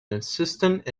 assistant